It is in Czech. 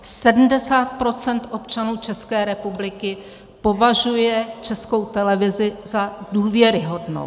70 % občanů České republiky považuje Českou televizi za důvěryhodnou.